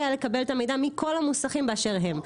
היה לקבל את המידע מכל המוסכים באשר הם.